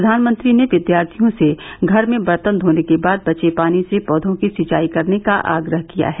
प्रधानमंत्री ने विद्यार्थियों से घर में बर्तन धोने के बाद बचे पानी से पौधों की सिंचाई करने का आग्रह किया है